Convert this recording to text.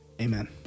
Amen